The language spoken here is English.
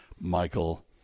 Michael